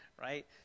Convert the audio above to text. right